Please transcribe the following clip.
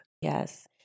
Yes